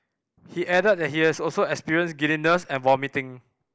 he added that he has also experienced giddiness and vomiting